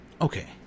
okay